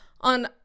on